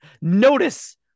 Notice